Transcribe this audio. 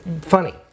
funny